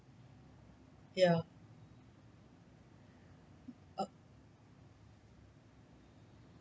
yeah uh